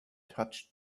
touched